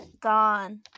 gone